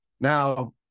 Now